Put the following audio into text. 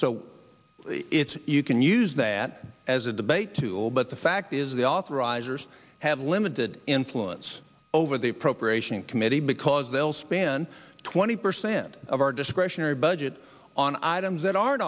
so it's you can use that as a debate tool but the fact is the authorizer have limited influence over the appropriations committee because they'll spend twenty percent of our discretionary budget on items that aren't